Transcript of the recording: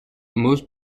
most